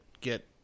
get